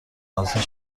ازتون